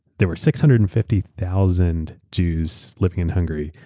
there were six hundred and fifty thousand jews living in hungary.